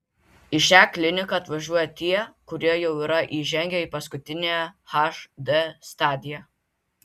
į šią kliniką atvažiuoja tie kurie jau yra įžengę į paskutiniąją hd stadiją